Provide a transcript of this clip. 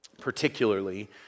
particularly